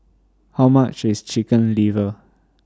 How much IS Chicken Liver